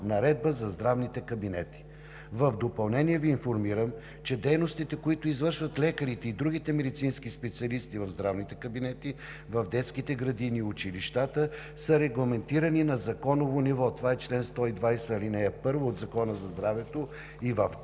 наредба за здравните кабинети. В допълнение Ви информирам, че дейностите, които извършват лекарите и другите медицински специалисти в здравните кабинети в детските градини и училищата, са регламентирани на законово ниво – чл. 120, ал. 1 от Закона за здравето, и в